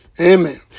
Amen